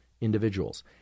individuals